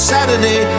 Saturday